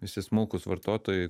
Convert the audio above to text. visi smulkūs vartotojai